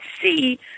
see